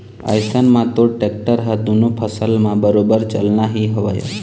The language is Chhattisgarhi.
अइसन म तोर टेक्टर ह दुनों फसल म बरोबर चलना ही हवय